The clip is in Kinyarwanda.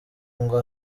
ngo